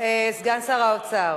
סגן שר האוצר